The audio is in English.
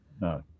No